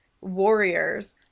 warriors